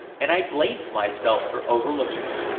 and i blamed myself for overlooking it.